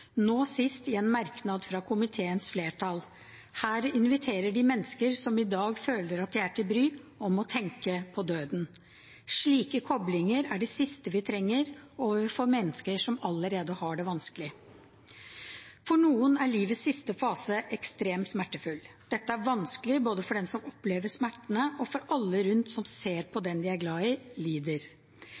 nå sist i en merknad fra komiteens flertall. Her inviterer de mennesker som i dag føler at de er til bry, til å tenke på døden. Slike koblinger er det siste vi trenger, overfor mennesker som allerede har det vanskelig. For noen er livets siste fase ekstremt smertefull. Dette er vanskelig både for dem som opplever smertene, og for alle rundt som ser på at den de er glad i, lider.